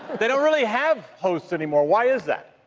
they don't really have host anymore why is that.